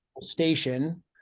station